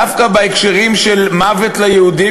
דווקא בהקשרים של "מוות ליהודים",